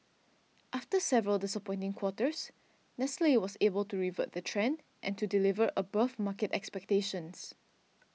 after several disappointing quarters Nestle was able to revert the trend and to deliver above market expectations